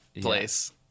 place